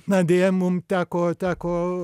na deja mum teko teko